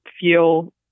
feel